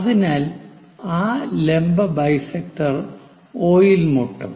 അതിനാൽ ആ ലംബ ബൈസെക്ടർ O ൽ മുട്ടും